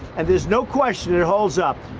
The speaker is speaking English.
and there's no question it holds up.